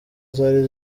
zari